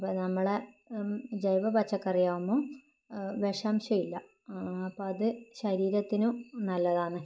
അപ്പോൾ നമ്മളെ ജൈവ പച്ചക്കറി ആകുമ്പം വിഷാംശം ഇല്ല ആ അപ്പം അത് ശരീരത്തിനും നല്ലതാണ്